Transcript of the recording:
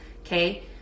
okay